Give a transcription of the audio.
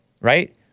right